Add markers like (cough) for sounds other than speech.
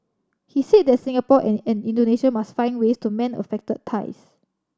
he said that Singapore and (unintelligible) Indonesia must find ways to mend affected ties